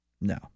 No